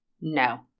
No